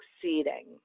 succeeding